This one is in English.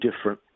different